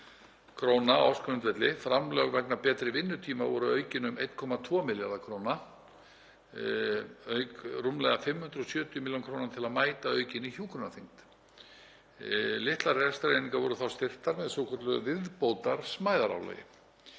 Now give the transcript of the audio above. kr. á ársgrundvelli. Framlög vegna betri vinnutíma voru aukin um 1,2 milljarða kr. auk rúmlega 570 millj. kr. til að mæta aukinni hjúkrunarþyngd. Litlar rekstrareiningar voru þá styrktar með svokölluðu viðbótarsmæðarálagi